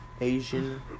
Asian